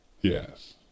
Yes